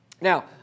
Now